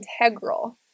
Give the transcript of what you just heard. integral